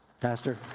Pastor